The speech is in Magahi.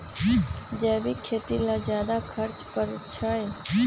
जैविक खेती ला ज्यादा खर्च पड़छई?